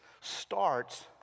starts